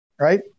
right